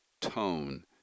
tone